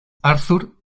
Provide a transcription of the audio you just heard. arthur